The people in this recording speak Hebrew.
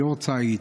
היארצייט,